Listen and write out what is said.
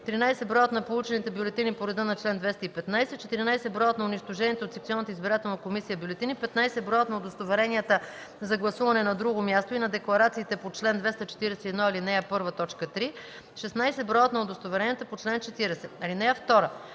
13. броят на получените бюлетини по реда на чл. 215; 14. броят на унищожените от секционната избирателна комисия бюлетини; 15. броят на удостоверенията за гласуване на друго място и на декларациите по чл. 241, ал. 1, т. 3; 16. броят на удостоверенията по чл. 40.